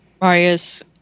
Marius